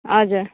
हजुर